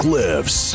lives